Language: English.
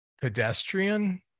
pedestrian